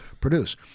produce